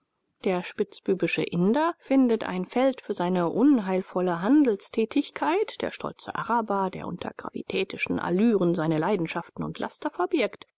der spitzbübische inder findet ein feld für seine unheilvolle handelstätigkeit der stolze araber der unter gravitätischen allüren seine leidenschaften und laster verbirgt